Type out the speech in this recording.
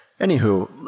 Anywho